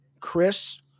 Chris